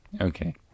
Okay